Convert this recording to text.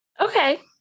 Okay